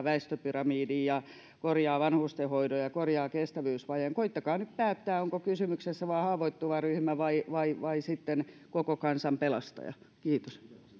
väestöpyramidin ja korjaavat vanhustenhoidon ja korjaavat kestävyysvajeen koettakaa nyt päättää onko kysymyksessä vain haavoittuva ryhmä vai vai sitten koko kansan pelastaja kiitos